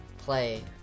play